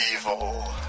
evil